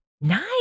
Nice